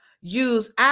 use